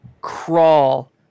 crawl